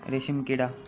रेशीमकिडा